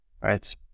Right